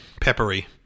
Peppery